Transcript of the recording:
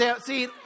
See